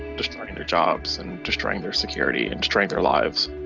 destroying their jobs and destroying their security and destroying their lives.